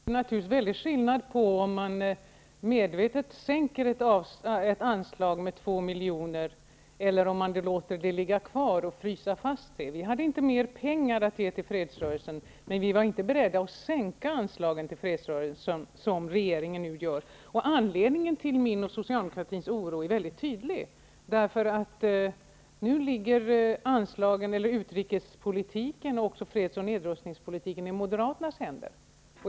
Herr talman! Det är naturligtvis en mycket stor skillnad på om man medvetet sänker ett anslag med två miljoner eller om man låter det vara oförändrat och fryser det. Vi hade inte mera pengar att ge till fredsrörelsen, men vi var inte beredda att sänka anslagen till fredsrörelsen, vilket regeringen nu gör. Anledningen till min och socialdemokratins oro är mycket tydlig. Nu ligger anslagen, utrikespolitiken och freds och nedrustningspolitiken i Moderaternas händer.